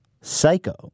psycho